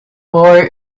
war